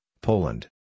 Poland